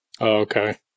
Okay